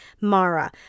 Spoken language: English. Mara